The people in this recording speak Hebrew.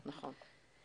כן, נכון.